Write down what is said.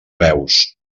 veus